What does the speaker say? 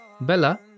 Bella